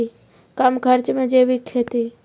कम खर्च मे जैविक खेती?